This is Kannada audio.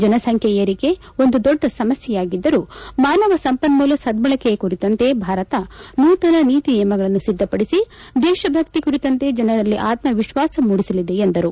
ಜನಸಂಖ್ಯೆ ಏರಿಕೆ ಒಂದು ದೊಡ್ಡ ಸಮಸ್ಥೆಯಾಗಿದ್ದರೂ ಮಾನವ ಸಂಪನ್ಮೂಲ ಸದ್ವಳಕೆ ಕುರಿತಂತೆ ಭಾರತ ನೂತನ ನೀತಿ ನಿಯಮಗಳನ್ನು ಸಿದ್ಧಪಡಿಸಿ ದೇಶಭಕ್ತಿ ಕುರಿತಂತೆ ಜನರಲ್ಲಿ ಆಕ್ಮ ವಿಶ್ವಾಸ ಮೂಡಿಸಲಿದೆ ಎಂದರು